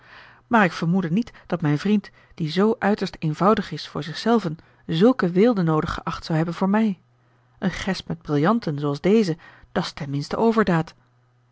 maar ik vermoedde niet dat mijn vriend die zoo uiterst eenvoudig is voor zich zelven zulke weelde noodig geacht zou hebben voor mij een gesp met brillanten zooals deze dat's ten minste overdaad